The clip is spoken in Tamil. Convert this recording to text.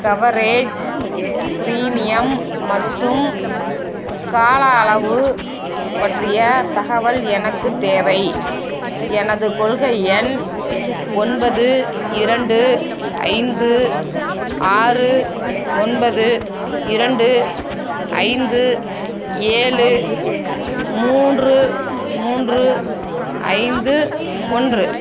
கவரேஜ் பிரீமியம் மற்றும் கால அளவு பற்றிய தகவல் எனக்குத் தேவை எனது கொள்கை எண் ஒன்பது இரண்டு ஐந்து ஆறு ஒன்பது இரண்டு ஐந்து ஏழு மூன்று மூன்று ஐந்து ஒன்று